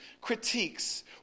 critiques